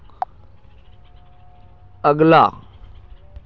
अगला